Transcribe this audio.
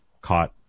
caught